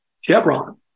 Chevron